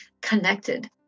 connected